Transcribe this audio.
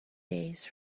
days